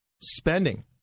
spending